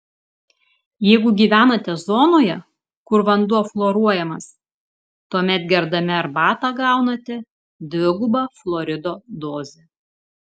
jeigu gyvenate zonoje kur vanduo fluoruojamas tuomet gerdami arbatą gaunate dvigubą fluorido dozę